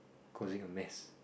causing a mess